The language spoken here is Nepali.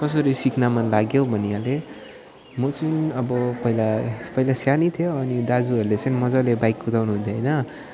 कसरी सिक्न मनलाग्यो भनिहालेँ म चाहिँ अब पहिला पहिला सानै थिएँ अनि दाजुहरूले चाहिँ मजाले बाइक कुदाउनुहुन्थ्यो होइन